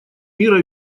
мира